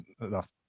enough